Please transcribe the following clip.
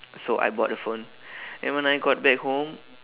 so I bought the phone and when I got back home